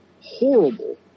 horrible